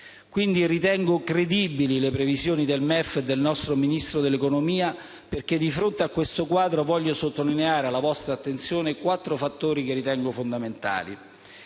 pertanto credibili le previsioni del MEF e del nostro Ministro dell'economia. Di fronte a questo quadro, voglio portare alla vostra attenzione quattro fattori che ritengo fondamentali: